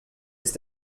ist